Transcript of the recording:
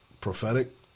prophetic